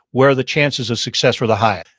where the chances of success were the highest.